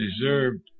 deserved